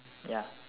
ya